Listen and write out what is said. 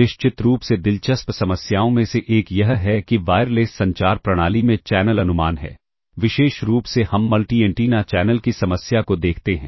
निश्चित रूप से दिलचस्प समस्याओं में से एक यह है कि वायरलेस संचार प्रणाली में चैनल अनुमान है विशेष रूप से हम मल्टी एंटीना चैनल की समस्या को देखते हैं